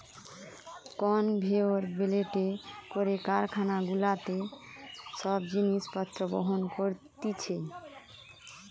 conveyor বেল্টে করে কারখানা গুলাতে সব জিনিস পত্র বহন করতিছে